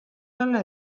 olla